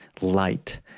light